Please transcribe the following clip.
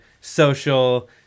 social